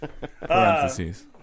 Parentheses